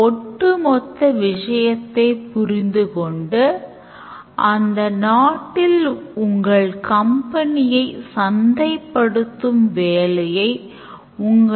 ஒவ்வொரு use caseசிலும் systemக்கும் பயனருக்கும் இடையில் ஒரு சாதாரண தொடர்பும் சில சமயங்களில்alternative flowsம் உள்ளன